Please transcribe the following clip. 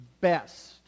best